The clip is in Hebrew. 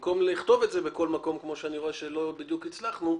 במקום לכתוב את זה בכל מקום כמו שאני רואה שלא בדיוק הצלחנו,